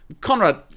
Conrad